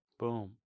Boom